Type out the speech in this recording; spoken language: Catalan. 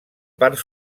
part